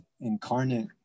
incarnate